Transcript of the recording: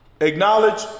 Acknowledge